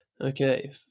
Okay